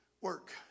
work